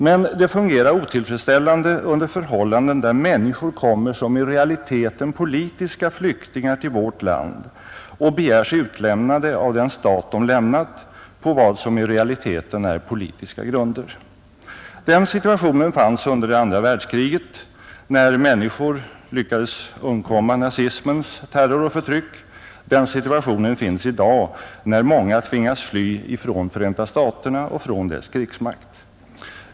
Men det fungerar otillfredsställande under förhållanden, där människor kommer som i realiteten politiska flyktingar till vårt land och begärs utlämnade av den stat som de har lämnat på vad som i realiteten är politiska grunder. Den situationen förelåg under andra världskriget, när människor lyckades undkomma nazismens terror och förtryck, och den situationen finns i dag, när många tvingas fly från Förenta staterna och från dess krigsmakt.